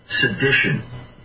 sedition